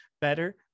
better